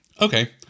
Okay